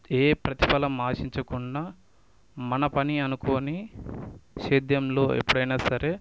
ఏ ప్రతిఫలం ఆశించకుండా మన పని అనుకోని సేద్యంలో ఎప్పుడైనా సరే